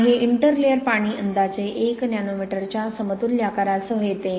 आणि हे इंटरलेयर पाणी अंदाजे 1 नॅनोमीटरच्या समतुल्य आकारासह येते